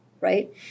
right